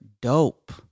dope